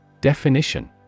Definition